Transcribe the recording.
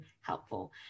helpful